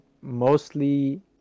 mostly